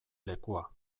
lekua